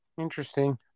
interesting